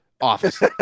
office